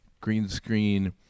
green-screen